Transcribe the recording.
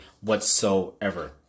whatsoever